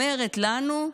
אומרת לנו,